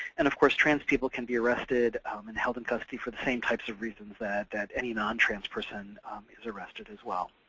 and of course, trans people can be arrested um and held in custody for the same types of reason that that any non-trans person is arrested, as well.